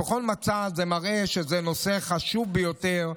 בכל מצב זה מראה שזה נושא חשוב ביותר,